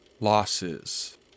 losses